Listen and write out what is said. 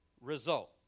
result